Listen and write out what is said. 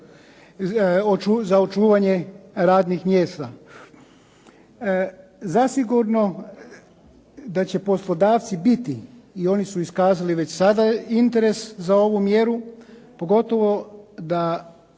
za očuvanje radnih mjesta. Zasigurno da će poslodavci biti i oni su iskazali već sada interes za ovu mjeru, pogotovo da